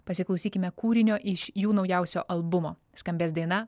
pasiklausykime kūrinio iš jų naujausio albumo skambės daina